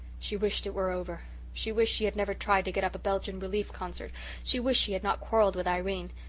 she wished it were over she wished she had never tried to get up a belgian relief concert she wished she had not quarreled with irene.